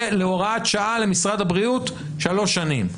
זה להוראת שעה למשרד הבריאות שלוש שנים.